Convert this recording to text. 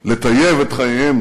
לטייב את חייהם